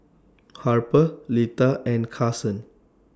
Harper Lita and Kason